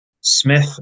Smith